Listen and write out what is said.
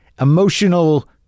emotional